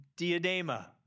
diadema